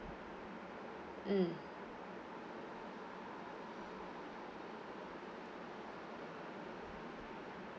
mm